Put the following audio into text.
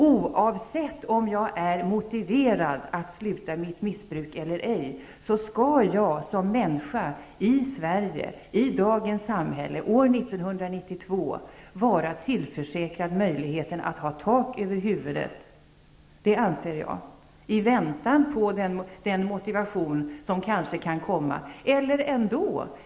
Oavsett om man är motiverad att sluta med sitt missbruk eller ej skall man som människa i Sverige, i dagens samhälle, år 1992, vara tillförsäkrad tak över huvudet -- i väntan på den motivation som kan komma, ja, även om motivationen inte infinner sig.